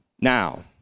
Now